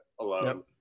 alone